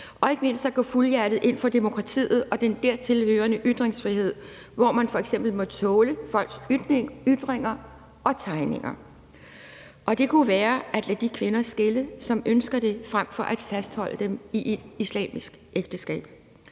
og ikke mindst at gå fuldhjertet ind for demokratiet og den dertilhørende ytringsfrihed, hvor man f.eks. må tåle folks ytringer og tegninger. Det kunne være at lade de kvinder skille, som ønsker det, frem for at fastholde dem i et islamisk ægteskab.